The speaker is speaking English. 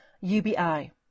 UBI